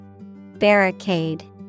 Barricade